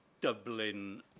Dublin